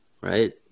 right